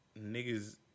niggas